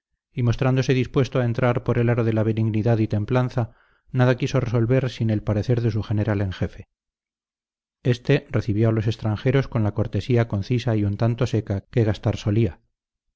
y mostrándose dispuesto a entrar por el aro de la benignidad y templanza nada quiso resolver sin el parecer de su general en jefe éste recibió a los extranjeros con la cortesía concisa y un tanto seca que gastar solía